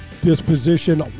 disposition